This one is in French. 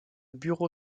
bureau